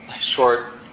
short